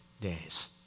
days